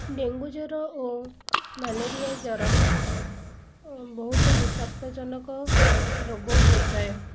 dengue ଜ୍ୱର ଓ malaria ଜ୍ୱର ବହୁତ ବିଷାକ୍ତ ଜନକ ରୋଗ ହୋଇଥାଏ